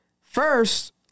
First